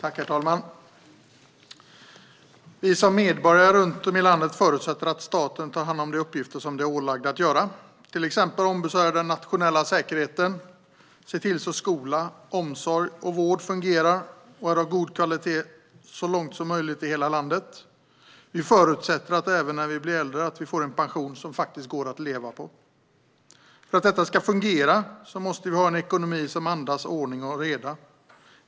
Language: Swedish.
Herr talman! Vi som medborgare runt om i landet förutsätter att staten tar hand om de uppgifter som de är ålagda att göra, till exempel att ombesörja den nationella säkerheten, se till att skola, barnomsorg och vård fungerar och är av så god kvalitet som möjligt i hela landet. Vi förutsätter även att vi när vi blir äldre får en pension som faktiskt går att leva på. För att detta ska fungera måste vi ha en ekonomi som andas ordning och reda.